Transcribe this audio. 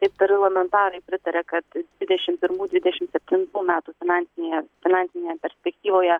ir parlamentarai pritarė kad dvidešim pirmų dvidešim septintų metų finansinėje finansinėje perspektyvoje